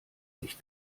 sich